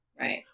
Right